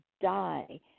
die